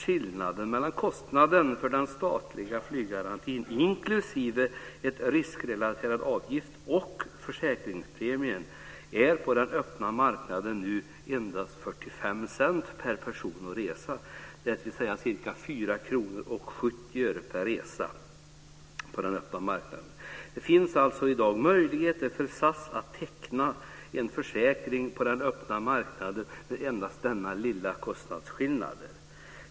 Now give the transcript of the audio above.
Skillnaden mellan kostnaden för den statliga flyggarantin inklusive en riskrelaterad avgift och försäkringspremien är på den öppna marknaden nu endast 45 cent per person och resa, dvs. ca 4:70 kr per resa. Det finns alltså i dag möjligheter för SAS att teckna en försäkring på den öppna marknaden med endast denna lilla kostnadsskillnad.